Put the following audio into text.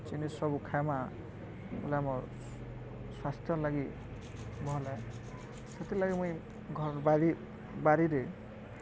ଜିନିଷ୍ ସବୁ ଖାଏମା ବଏଲେ ଆମର୍ ସ୍ୱାସ୍ଥ୍ୟ ଲାଗି ଭଲ୍ ଏ ସେଥିଲାଗି ମୁଇଁ ଘର୍ ବାରି ବାରିରେ